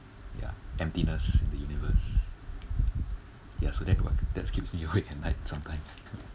ya emptiness in the universe ya so that one that keeps me awake at night sometimes